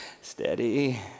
steady